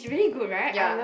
yeah